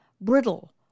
brittle